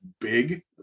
big